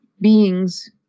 beings